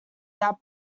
that